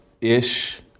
ish